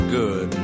good